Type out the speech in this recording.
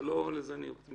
אבל לא לזה אני מתכוון.